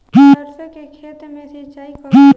सरसों के खेत मे सिंचाई कब होला?